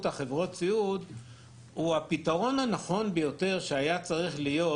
חברות הסיעוד הוא הפתרון הנכון ביותר שהיה צריך להיות